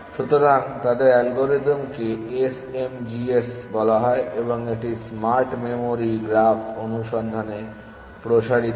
সুতরাং তাদের অ্যালগরিদমকে SMGS বলা হয় এবং এটি স্মার্ট মেমরি গ্রাফ অনুসন্ধানে প্রসারিত হয়